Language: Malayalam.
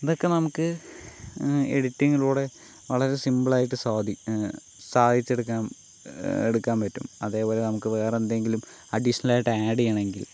ഇതൊക്കെ നമുക്ക് എഡിറ്റിങ്ങിലൂടെ വളരെ സിമ്പിൾ ആയിട്ട് സാധി സാധിച്ചെടുക്കാൻ എടുക്കാൻ എടുക്കാൻ പറ്റും അതേപോലെ വേറെ എന്തെങ്കിലും അഡിഷണൽ ആയിട്ട് ആഡ് ചെയ്യണങ്കിൽ